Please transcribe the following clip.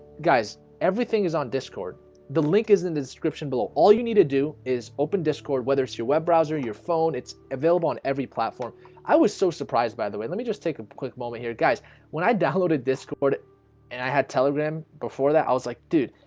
guys everything is on discord the link is in the description below all you need to do is open discord whether it's your web browser your phone. it's available on every platform i was so surprised by the way let me just take a quick moment here guys when i downloaded discord and i had telegram before that i was like dude.